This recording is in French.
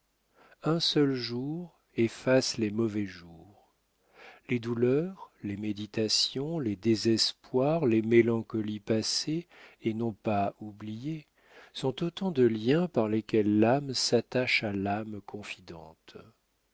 un seul jour efface les mauvais jours les douleurs les méditations les désespoirs les mélancolies passées et non pas oubliées sont autant de liens par lesquels l'âme s'attache à l'âme confidente